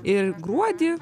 ir gruodį